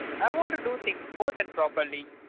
i want to do things more than properly.